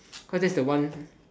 cause that's the one